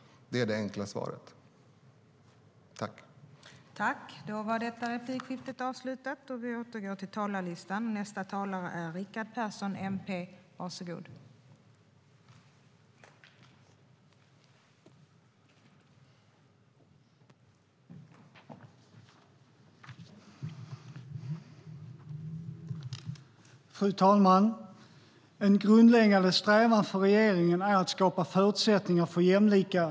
Det är det enkla svaret.